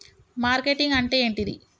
Marketing అంటే ఏంటిది?